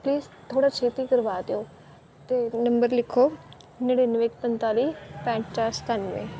please ਥੋੜ੍ਹਾ ਛੇਤੀ ਕਰਵਾ ਦਿਓ ਅਤੇ ਨੰਬਰ ਲਿਖੋ ਨੜਿਨਵੇਂ ਇੱਕ ਪੰਨਤਾਲੀ ਪੈਂਹਠ ਚਾਰ ਸਤਾਨਵੇਂ